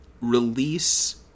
release